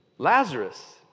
Lazarus